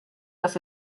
das